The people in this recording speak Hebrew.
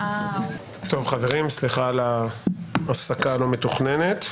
חברים, סליחה על ההפסקה הלא מתוכננת.